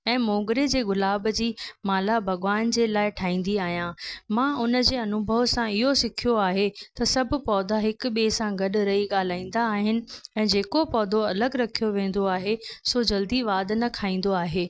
ऐं मोगिरे जे गुलाब जी माला भॻवान जे लाइ ठाहींदी आहियां मां उन जे अनुभव सां इहो सिखियो आहे त सभु पौधा हिक ॿिए सां गॾु रही ॻाल्हाईंदा आहिनि ऐं जेको पौधो अलॻि रखियो वेंदो आहे सो जल्दी वाधि न खाईंदो आहे